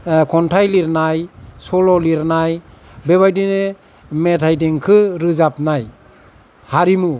खन्थाइ लिरनाय सल' लिरनाय बेबायदिनो मेथाइ देंखो रोजाबनाय हारिमु